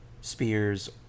Spears